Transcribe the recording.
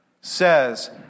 says